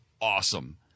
awesome